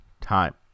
time